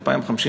2050,